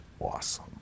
awesome